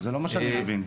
זה לא מה שאני מבין.